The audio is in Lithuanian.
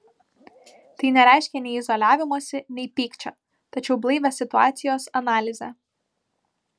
tai nereiškia nei izoliavimosi nei pykčio tačiau blaivią situacijos analizę